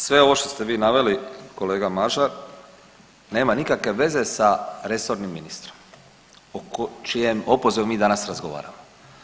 Sve ovo što ste vi naveli kolega Mažar nema nikakve veze sa resornim ministrom o čijem opozivu mi danas razgovaramo.